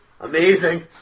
Amazing